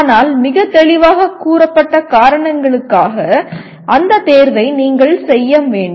ஆனால் மிகத் தெளிவாகக் கூறப்பட்ட காரணங்களுக்காக அந்தத் தேர்வை நீங்கள் செய்ய வேண்டும்